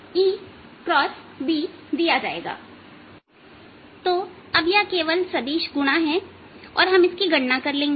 तो अब यह केवल सदिश गुणा है और हम इसकी गणना कर लेंगे